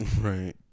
Right